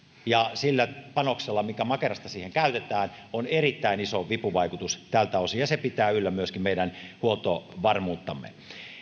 ja sillä panoksella mikä makerasta siihen käytetään on erittäin iso vipuvaikutus tältä osin ja se pitää yllä myöskin meidän huoltovarmuuttamme